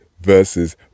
versus